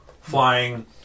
flying